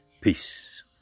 Peace